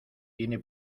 tiene